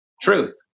Truth